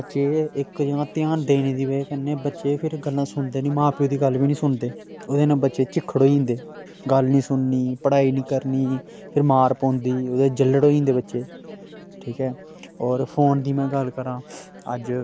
बच्चे इक ध्यान देने दी बजह् कन्नै बच्चे फिर गल्लां सुनदे निं मां प्यो दी गल्ल वी नेईं सुनदे न ओह्दे नै बच्चे चिक्खड़ होई जंदे गल्ल निं सुननी पढ़ाई निं करनी फिर मार पौंदी ओह् झल्लड़ होई जंदे बच्चे ठीक ऐ और फोन दी में गल्ल करां अज